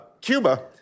Cuba